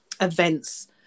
events